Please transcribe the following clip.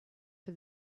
for